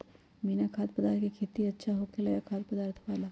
बिना खाद्य पदार्थ के खेती अच्छा होखेला या खाद्य पदार्थ वाला?